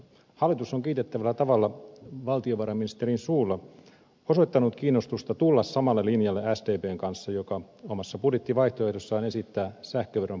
hallitus on kiitettävällä tavalla valtiovarainministerin suulla osoittanut kiinnostusta tulla samalle linjalle sdpn kanssa joka omassa budjettivaihtoehdossaan esittää sähköveron poistamista teollisuudelta